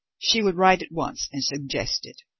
she would write at once and suggest it.